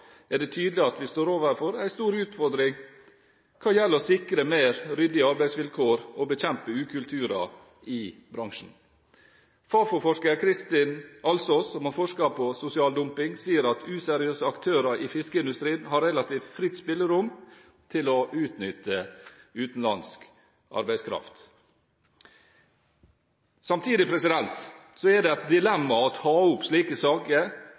er det tydelig at vi står overfor en stor utfordring når det gjelder å sikre ryddigere arbeidsvilkår og bekjempe ukultur i bransjen. Fafo-forsker Kristin Alsos, som har forsket på sosial dumping, sier at useriøse aktører i fiskeindustrien har relativt fritt spillerom til å utnytte utenlandsk arbeidskraft. Samtidig er det et dilemma å ta opp saker